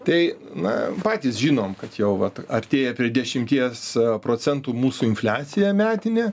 tai na patys žinom kad jau vat artėja prie dešimties procentų mūsų infliacija metinė